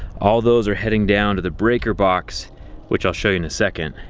all of those are heading down to the breaker box which i'll show you in a second.